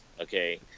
okay